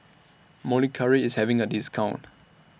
Molicare IS having A discount